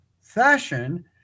fashion